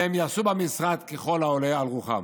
והם יעשו במשרד ככל העולה על רוחם.